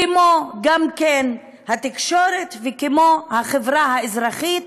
כמו גם התקשורת והחברה האזרחית,